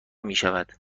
میشود